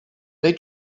they